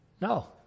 No